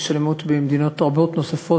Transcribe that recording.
יש אלימות במדינות רבות נוספות,